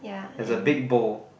there's a big bowl